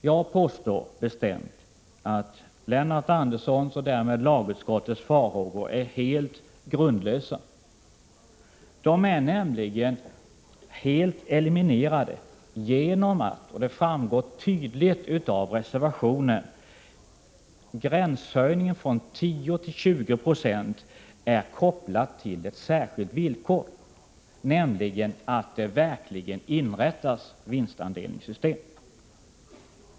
Jag påstår bestämt att Lennart Anderssons och därmed lagutskottets farhågor är helt grundlösa. De undanröjs genom att, och det framgår tydligt av reservationen, gränshöjningen från 10 till 20 96 är kopplad till ett särskilt villkor, nämligen att det verkligen inrättas vinstdelningssystem.